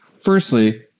Firstly